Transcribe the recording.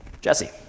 Jesse